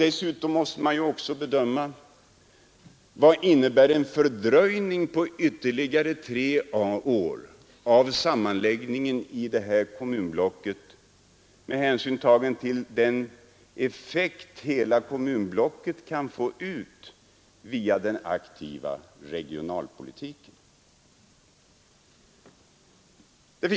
Dessutom måste man bedöma vad en fördröjning på ytterligare tre år av sammanläggningen i kommunblocket innebär med hänsyn tagen till den effekt hela kommunblocket kan få ut av den aktiva regionalpolitiken.